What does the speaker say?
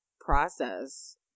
process